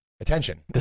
attention